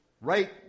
right